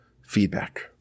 feedback